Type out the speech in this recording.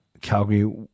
Calgary